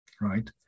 right